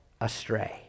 astray